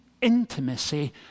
intimacy